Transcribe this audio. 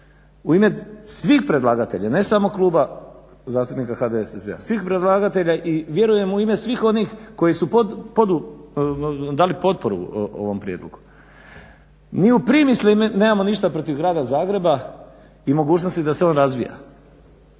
u ime svih predlagatelja ne samo Kluba zastupnika HDSSB-a, svih predlagatelja i vjerujem u ime svih onih koji su dali potporu ovom prijedlogu, mi ni u primisli nemamo ništa protiv grada Zagreba i mogućnosti da se on razvija.